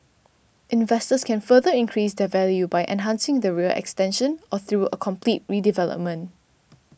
investors can further increase their value by enhancing the rear extension or through a complete redevelopment